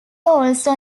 also